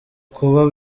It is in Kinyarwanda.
kuba